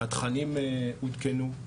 התכנים עודכנו,